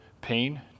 pain